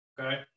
Okay